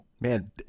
man